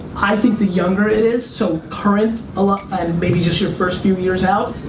i think the younger it is, so current, ah like maybe just your first few years out,